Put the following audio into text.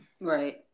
Right